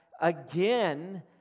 again